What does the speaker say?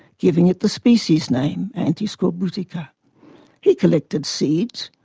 giving it the species name antiscorbutica he collected seeds,